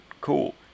Cool